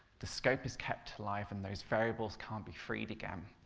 the scope is kept alive and those variables can't be freed again.